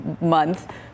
month